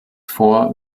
vor